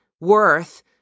worth